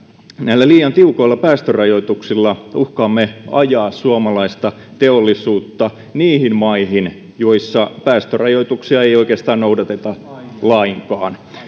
näillä liian tiukoilla päästörajoituksilla uhkaamme ajaa suomalaista teollisuutta maihin joissa päästörajoituksia ei ei oikeastaan noudateta lainkaan